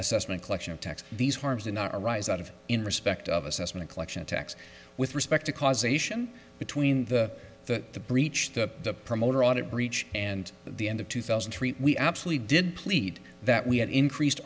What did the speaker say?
assessment collection of tax these farms in our rise out of in respect of assessment collection tax with respect to causation between the the the breach to the promoter audit breach and the end of two thousand and three we absolutely did plead that we had increased